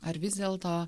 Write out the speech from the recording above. ar vis dėlto